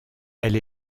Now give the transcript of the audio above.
elle